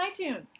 iTunes